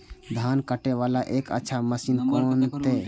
धान कटे वाला एक अच्छा मशीन कोन है ते?